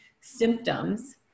symptoms